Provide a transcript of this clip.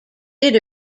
did